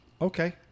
Okay